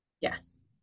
Yes